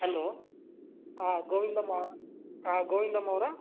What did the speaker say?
hello ಹಾಂ ಗೋವಿಂದಮ್ಮ ಹಾಂ ಗೋವಿಂದಮ್ಮ ಅವರಾ